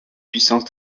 puissance